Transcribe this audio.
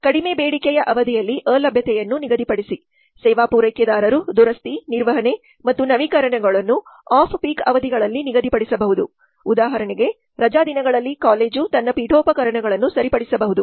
ಕಡಿಮೆ ಬೇಡಿಕೆಯ ಅವಧಿಯಲ್ಲಿ ಅಲಭ್ಯತೆಯನ್ನು ನಿಗದಿಪಡಿಸಿ ಸೇವಾ ಪೂರೈಕೆದಾರರು ದುರಸ್ತಿ ನಿರ್ವಹಣೆ ಮತ್ತು ನವೀಕರಣಗಳನ್ನು ಆಫ್ ಪೀಕ್ ಅವಧಿಗಳಲ್ಲಿ ನಿಗದಿಪಡಿಸಬಹುದು ಉದಾಹರಣೆಗೆ ರಜಾದಿನಗಳಲ್ಲಿ ಕಾಲೇಜು ತನ್ನ ಪೀಠೋಪಕರಣಗಳನ್ನು ಸರಿಪಡಿಸಬಹುದು